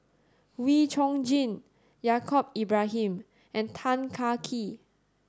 Wee Chong Jin Yaacob Ibrahim and Tan Kee